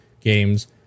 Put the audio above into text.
games